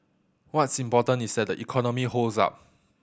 what's important is that the economy holds up